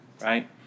right